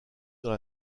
dans